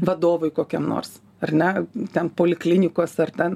vadovui kokiam nors ar ne ten poliklinikos ar ten